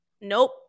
Nope